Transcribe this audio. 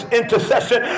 intercession